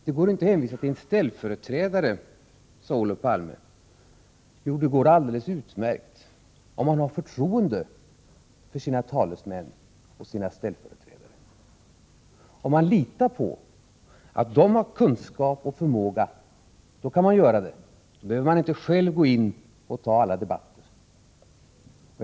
Det går inte att hänvisa till en ställföreträdare, sade Olof Palme. Jo, det går alldeles utmärkt, om man har förtroende för sina talesmän och sina ställföreträdare. Om man litar på att de har kunskap och förmåga, då kan man göra det. Då behöver man inte själv gå in och ta alla debatter.